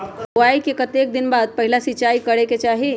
बोआई के कतेक दिन बाद पहिला सिंचाई करे के चाही?